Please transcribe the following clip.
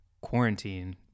quarantine